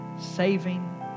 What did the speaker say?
saving